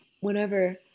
whenever